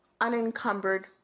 unencumbered